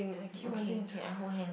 okay okay I hold hand